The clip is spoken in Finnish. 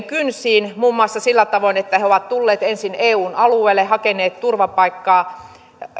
kynsiin muun muassa sillä tavoin että he ovat tulleet ensin eun alueelle hakeneet turvapaikkaa